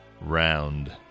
round